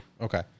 Okay